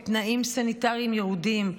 בתנאים סניטריים ירודים,